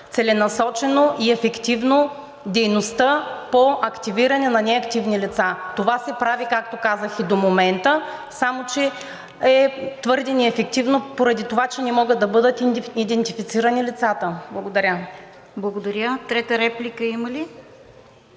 целенасочено и ефективно дейността по активиране на неактивни лица. Това се прави, както казах, и до момента, само че е твърде неефективно, поради това че не могат да бъдат идентифицирани лицата. Благодаря. ПРЕДСЕДАТЕЛ РОСИЦА КИРОВА: Благодаря. Трета реплика има ли?